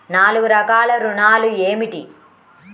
నాలుగు రకాల ఋణాలు ఏమిటీ?